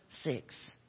six